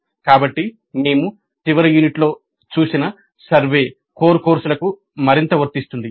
కాబట్టి మేము చివరి యూనిట్లో చూసిన సర్వే కోర్ కోర్సులకు మరింత వర్తిస్తుంది